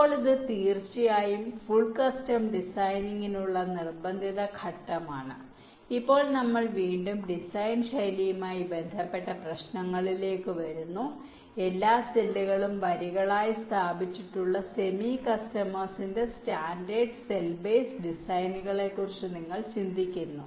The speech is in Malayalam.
ഇപ്പോൾ ഇത് തീർച്ചയായും ഫുൾ കസ്റ്റം ഡിസൈനിനുള്ള നിർബന്ധിത ഘട്ടമാണ് ഇപ്പോൾ വീണ്ടും നമ്മൾ ഡിസൈൻ ശൈലിയുമായി ബന്ധപ്പെട്ട പ്രശ്നങ്ങളിലേക്ക് വരുന്നു എല്ലാ സെല്ലുകളും വരികളായി സ്ഥാപിച്ചിട്ടുള്ള സെമി കസ്റ്റമേഴ്സിന്റെ സ്റ്റാൻഡേർഡ് സെൽ ബേസ് ഡിസൈനുകളെക്കുറിച്ച് നിങ്ങൾ ചിന്തിക്കുന്നു